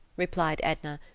replied edna,